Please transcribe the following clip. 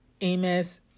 Amos